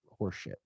horseshit